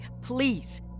Please